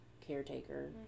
caretaker